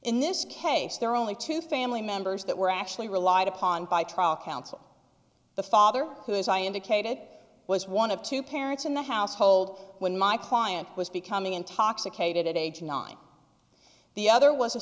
in this case there are only two family members that were actually relied upon by trial counsel the father who as i indicated was one of two parents in the household when my client was becoming intoxicated at age nine the other was a